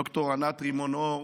ד"ר ענת רימון-אור: